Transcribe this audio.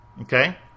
Okay